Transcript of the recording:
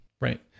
Right